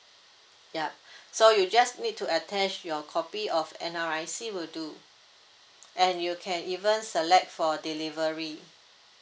yup so you just need to attach your copy of N_R_I_C will do and you can even select for delivery